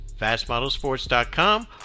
fastmodelsports.com